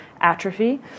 atrophy